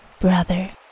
brother